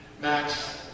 Max